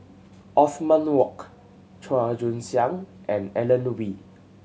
Othman Wok Chua Joon Siang and Alan Oei